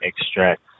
extract